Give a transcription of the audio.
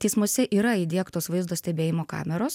teismuose yra įdiegtos vaizdo stebėjimo kameros